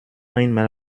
einmal